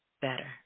better